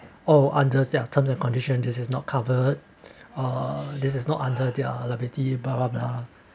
or under set of terms and condition does is not covered uh this is not under their liability blah blah